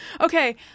Okay